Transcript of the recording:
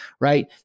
right